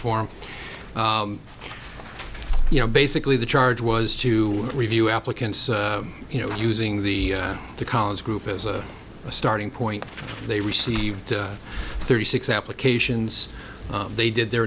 form you know basically the charge was to review applicants you know using the the college group as a starting point they received thirty six applications they did their